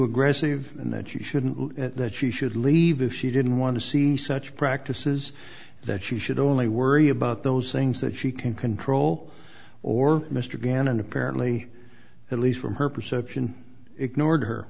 aggressive and that you shouldn't do it that she should leave if she didn't want to see such practices that she should only worry about those things that she can control or mr gannon apparently at least from her perception ignored her